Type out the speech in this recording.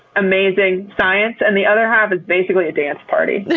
amazing science and the other half is basically a dance party.